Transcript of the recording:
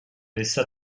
laissa